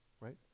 right